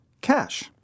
cash